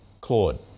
Claude